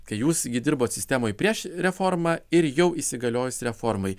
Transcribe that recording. kai jūs gi dirbot sistemoj prieš reformą ir jau įsigaliojus reformai